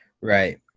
Right